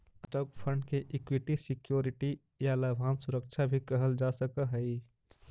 stock fund के equity security या लाभांश सुरक्षा भी कहल जा सकऽ हई